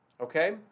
okay